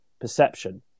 perception